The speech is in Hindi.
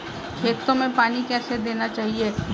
खेतों में पानी कैसे देना चाहिए?